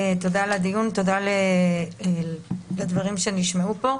תודה על הדיון, תודה על הדברים שנשמעו פה.